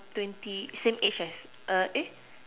twenty same age as eh